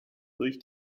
durch